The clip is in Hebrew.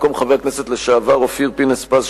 במקום חבר הכנסת לשעבר אופיר פינס-פז,